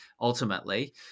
ultimately